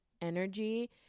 energy